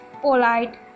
polite